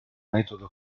metodo